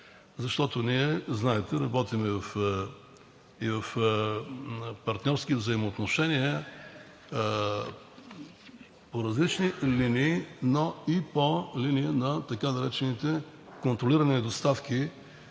Защото, знаете, ние работим и в партньорски взаимоотношения по различни линии, но и по линия на така наречените контролирани доставки,